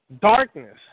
darkness